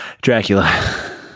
Dracula